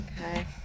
Okay